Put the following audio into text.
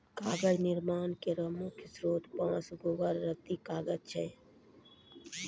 कागज निर्माण केरो मुख्य स्रोत बांस, गोबर, रद्दी कागज छै